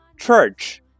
Church